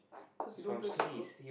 cause you don't play soccer